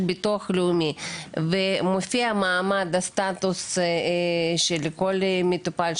ביטוח לאומי ומופיע מעמד או סטטוס של כל מטופל,